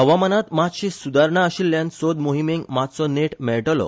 हवामानात मातशी सुधारणा आशिल्ल्यान सोद मोहिमेक मातसो नेट मेळटलो